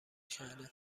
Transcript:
کردم